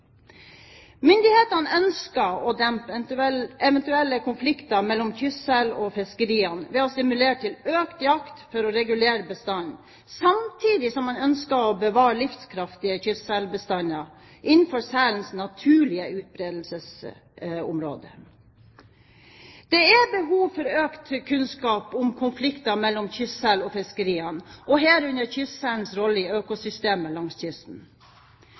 Myndighetene ønsker å dempe eventuelle konflikter mellom kystsel og fiskeriene ved å stimulere til økt jakt for å regulere bestanden, samtidig som man ønsker å bevare livskraftige kystselbestander innenfor selens naturlige utbredelsesområder. Det er behov for økt kunnskap om konflikter mellom kystsel og fiskeriene, herunder kystselens rolle i økosystemet langs kysten.